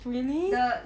really